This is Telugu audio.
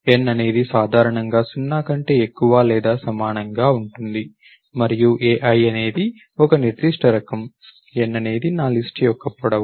n అనేది సాధారణంగా 0 కంటే ఎక్కువ లేదా సమానంగా ఉంటుంది మరియు ai అనేది ఒక నిర్దిష్ట రకం n అనేది నా లిస్ట్ యొక్క పొడవు